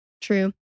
true